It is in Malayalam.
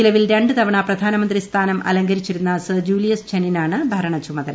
നിലവിൽ രണ്ട് തവണ പ്രധാനമന്ത്രി സ്ഥാനം അലങ്കുമിച്ചിരുന്ന സർ ജൂലിയസ് ഛനിനാണ് ഭരണച്ചുമതല